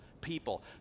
people